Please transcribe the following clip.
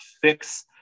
fix